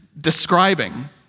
describing